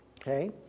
okay